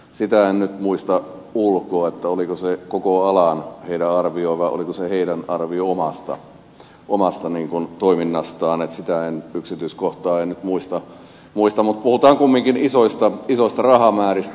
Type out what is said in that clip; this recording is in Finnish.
sitä en nyt muista ulkoa koskiko sen arvio koko alaa vai oliko se arvio sen omasta toiminnasta sitä yksityiskohtaa en nyt muista mutta puhutaan kumminkin isoista rahamääristä